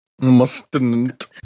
Mustn't